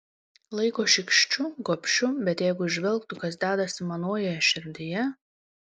laiko šykščiu gobšiu bet jeigu įžvelgtų kas dedasi manoje širdyje